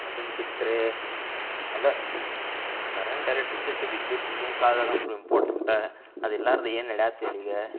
ಅದನ್ನ ಬಿಟ್ಟರೆ ಅದು ಕರೆಂಟ್ ಎಲೆಕ್ಟ್ರಿಸಿಟಿ ವಿದ್ಯುತ್ ಈಗಿನ ಕಾಲದಾಗಂತೂ ಇಂಪಾರ್ಟೆಂಟ ಅದು ಇರಲಾರ್ದ ಏನು ನಡ್ಯಾತಿ ಈಗ